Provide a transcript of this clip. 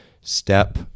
step